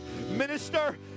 minister